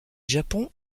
japon